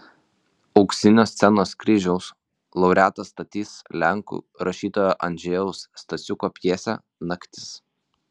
auksinio scenos kryžiaus laureatas statys lenkų rašytojo andžejaus stasiuko pjesę naktis